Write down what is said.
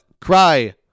Cry